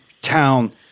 town